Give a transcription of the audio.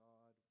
God